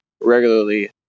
regularly